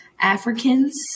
Africans